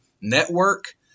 network